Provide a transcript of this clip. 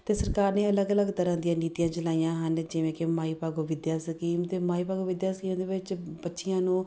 ਅਤੇ ਸਰਕਾਰ ਨੇ ਅਲੱਗ ਅਲੱਗ ਤਰ੍ਹਾਂ ਦੀਆਂ ਨੀਤੀਆਂ ਚਲਾਈਆਂ ਹਨ ਜਿਵੇਂ ਕਿ ਮਾਈ ਭਾਗੋ ਵਿਦਿਆ ਸਕੀਮ ਅਤੇ ਮਾਈ ਭਾਗੋ ਵਿੱਦਿਆ ਸਕੀਮ ਦੇ ਵਿੱਚ ਬੱਚੀਆਂ ਨੂੰ